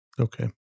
Okay